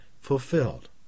fulfilled